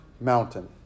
mountain